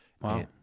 wow